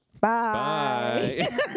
Bye